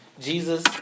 Jesus